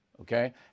okay